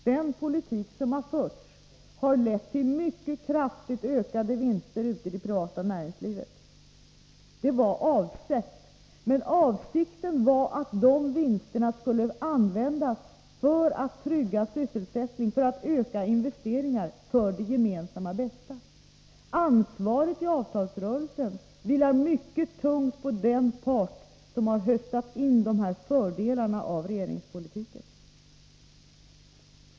Den politik som har förts har lett till mycket kraftigt ökade vinster ute i det privata näringslivet. Det var avsikten, men avsikten var också att dessa vinster skulle användas för att trygga sysselsättningen och öka investeringarna-— för det gemensamma bästa. Ansvaret i avtalsrörelsen vilar mycket tungt på den part som har inhöstat fördelarna av regeringens politik.